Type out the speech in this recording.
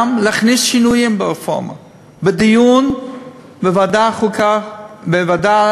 להכניס שינויים ברפורמה בדיון בוועדת העבודה,